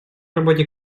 работе